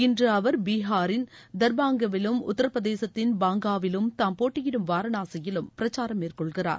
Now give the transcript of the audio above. இன்று அவர் பீஹாரின் தர்பங்காவிலும் உத்திரபிரதேசத்தின் பாங்காவிலும் தாம் போட்டியிடும் வாரணாசியிலும் பிரச்சாரம் மேற்கொள்கிறார்